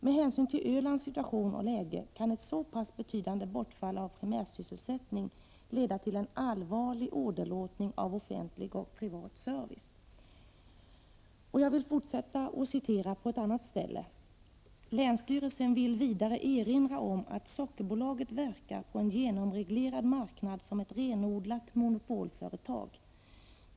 Med hänsyn till Ölands situation och läge kan ett så pass betydande bortfall av primärsysselsättning leda till en allvarlig åderlåtning av offentlig och privat service.” Dessutom säger man: ”Länsstyrelsen vill vidare erinra om att Sockerbolaget verkar på en genomreglerad marknad som ett renodlat monopolföretag.